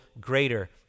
greater